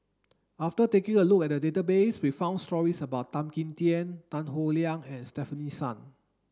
after taking a look at the database we found stories about Tan Kim Tian Tan Howe Liang and Stefanie Sun